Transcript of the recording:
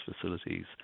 facilities